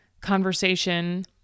conversation